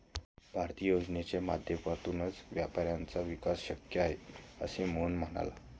भारतीय योजनांच्या माध्यमातूनच व्यापाऱ्यांचा विकास शक्य आहे, असे मोहन म्हणाला